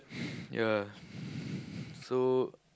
yeah so